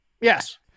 Yes